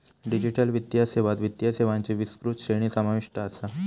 digital वित्तीय सेवात वित्तीय सेवांची विस्तृत श्रेणी समाविष्ट असा